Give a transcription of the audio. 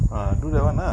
uh do that one lah